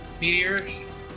meteors